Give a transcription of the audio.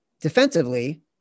defensively